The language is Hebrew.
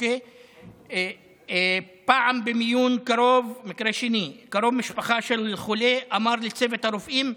מקרה שני: פעם במיון קרוב משפחה של חולה אמר לצוות הרופאים: